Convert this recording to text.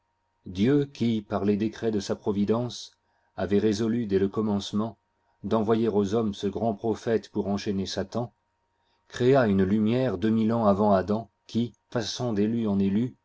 dieu qui par les décrets de sa providence avoit résolu dès le commencement d'envoyer aux hommes ce grand prophète pour enchaîner satan créa une lumière deux mille ans avant adam qui passant d'élu en élu